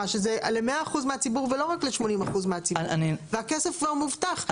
שזה ל-100% מהציבור ולא רק ל-80% מהציבור והכסף כבר מובטח.